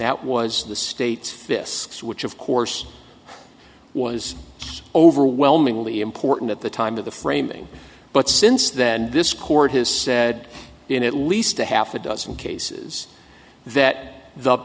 that was the state's fisk's which of course was overwhelmingly important at the time of the framing but since then this court has said in at least a half a dozen cases that the